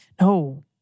No